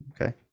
Okay